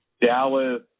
Dallas